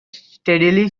steadily